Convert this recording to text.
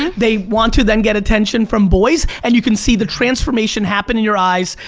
they want to then get attention from boys and you can see the transformation happen in your eyes,